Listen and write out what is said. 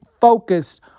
focused